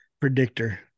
Predictor